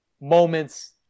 moments